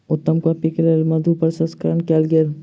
उत्तम कॉफ़ी के लेल मधु प्रसंस्करण कयल गेल